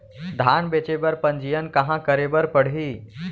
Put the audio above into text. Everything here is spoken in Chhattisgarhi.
धान बेचे बर पंजीयन कहाँ करे बर पड़ही?